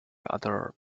other